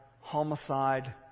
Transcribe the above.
homicide